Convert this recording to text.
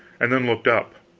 and then looked up.